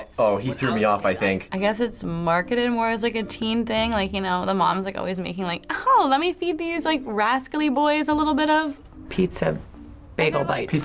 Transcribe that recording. oh, he threw me off, i think. i guess it's marketed more as like a teen thing. like you know the mom's like always making, like oh, let me feed these like rascally boys a little bit of pizza bagel bites.